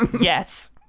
Yes